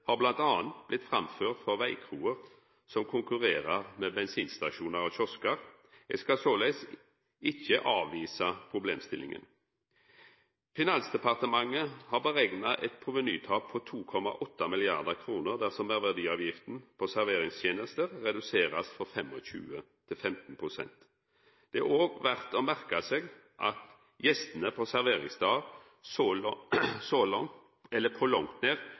har bl.a. blitt framført frå veikroer som konkurrerer med bensinstasjonar og kioskar. Eg skal såleis ikkje avvisa problemstillinga. Finansdepartementet har berekna eit provenytap på 2,8 mrd. kr dersom meirverdiavgifta på serveringstenester blir redusert frå 25 pst. til 15 pst. Det er òg verdt å merka seg at gjestene på